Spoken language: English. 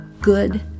good